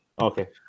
Okay